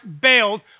bailed